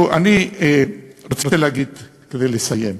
תראו, אני רוצה להגיד, כדי לסיים: